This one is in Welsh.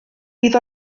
bydd